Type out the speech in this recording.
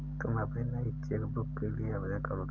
तुम अपनी नई चेक बुक के लिए आवेदन करदो